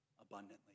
abundantly